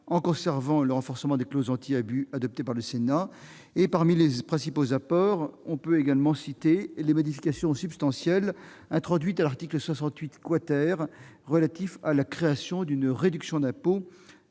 en conservant le renforcement des clauses anti-abus adopté par le Sénat. Parmi les principaux apports, on peut également citer les modifications substantielles introduites à l'article 58 relatif à la création d'une réduction d'impôt